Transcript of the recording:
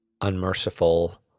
unmerciful